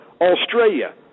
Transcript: Australia